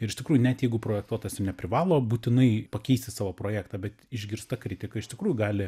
ir iš tikrųjų net jeigu projektuotojas ir neprivalo būtinai pakeisti savo projektą bet išgirsta kritika iš tikrųjų gali